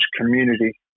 community